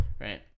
right